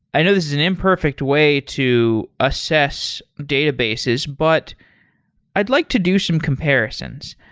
i know this is an imperfect way to assess databases, but i'd like to do some comparisons.